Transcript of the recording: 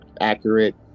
accurate